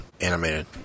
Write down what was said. animated